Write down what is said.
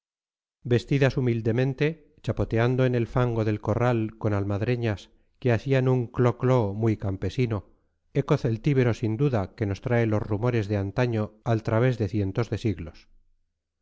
vestidas humildemente chapoteando en el fango del corral con almadreñas que hacían un clo clo muy campesino eco celtíbero sin duda que nos trae los rumores de antaño al través de cientos de siglos